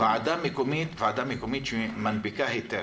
ועדה מקומית שמנפיקה היתר,